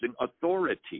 authority